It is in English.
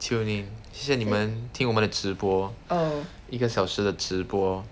tune in 谢谢你们听我们的直播一个小时的直播